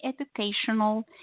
educational